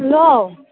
hello